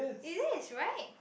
it is right